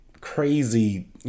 crazy